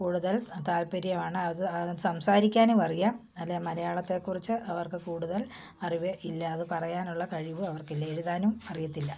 കൂടുതൽ താൽപ്പര്യമാണ് അത് സംസാരിക്കാനുമറിയാം അല്ലേ മലയാളത്തെക്കുറിച്ച് അവർക്ക് കൂടുതൽ അറിവ് ഇല്ല അത് പറയാനുള്ള കഴിവും അവർക്ക് ഇല്ല എഴുതാനും അറിയത്തില്ല